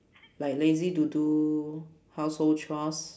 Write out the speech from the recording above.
like lazy to do household chores